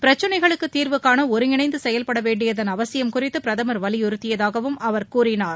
பிரச்சினைகளுக்கு தீர்வுகாண ஒருங்கிணைந்து செயவ்பட வேண்டியதன் அவசியம் குறித்து பிரதமர் வலியுறுத்தியதாகவும் அவர் கூறினார்